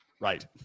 Right